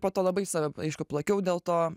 po to labai save aišku plakiau dėl to